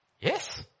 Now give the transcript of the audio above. Yes